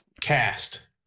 cast